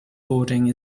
boarding